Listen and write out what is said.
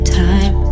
time